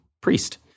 priest